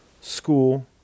school